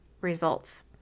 results